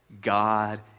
God